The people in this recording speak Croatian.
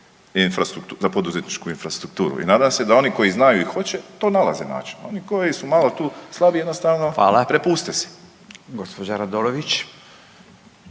za poduzetničku infrastrukturu. I nadam se da oni koji znaju i hoće tu nalaze načina, oni koji su malo tu slabiji jednostavno prepuste se. **Radin,